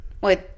Wait